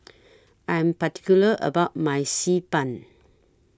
I Am particular about My Xi Ban